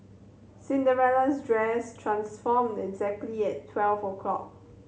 Cinderella's dress transformed exactly at twelve o'clock